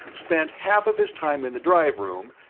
spent half of his time in the drive room,